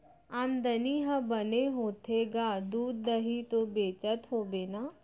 आमदनी ह बने होथे गा, दूद, दही तो बेचत होबे ना?